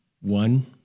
One